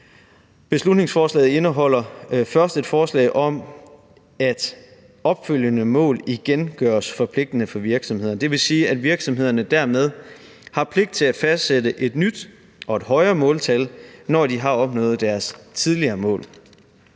Beslutningsforslaget indeholder først et forslag om, at opfølgende mål igen gøres forpligtende for virksomheder. Det vil sige, at virksomhederne dermed har pligt til at fastsætte et nyt og et højere måltal, når de har opnået deres tidligere mål